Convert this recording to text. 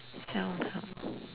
sell tarts